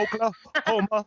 Oklahoma